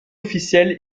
officielle